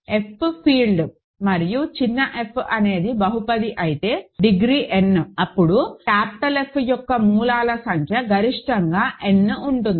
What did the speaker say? F field మరియు చిన్న f అనేది బహుపది అయితే డిగ్రీ n అప్పుడు క్యాపిటల్ F యొక్క మూలాల సంఖ్య గరిష్టంగా n ఉంటుంది